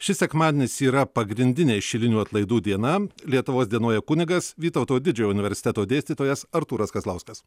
šis sekmadienis yra pagrindinė šilinių atlaidų diena lietuvos dienoje kunigas vytauto didžiojo universiteto dėstytojas artūras kazlauskas